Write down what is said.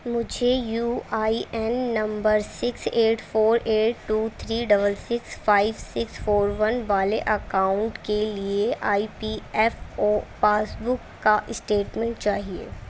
مجھے U I N number six eight four eight two three double six five six four one والے account کے لیے I P F O passbook کا statement چاہیے